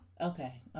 Okay